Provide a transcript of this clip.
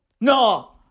No